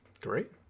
great